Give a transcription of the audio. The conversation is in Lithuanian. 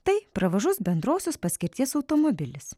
tai pravažus bendrosios paskirties automobilis